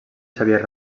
xavier